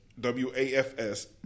WAFS